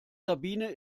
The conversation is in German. sabine